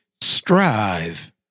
strive